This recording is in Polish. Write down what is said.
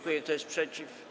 Kto jest przeciw?